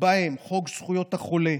ובהם חוק זכויות החולה,